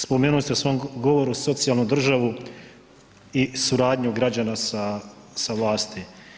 Spomenuli ste u svom govoru socijalnu državu i suradnju građana sa vlasti.